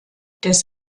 des